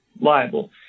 liable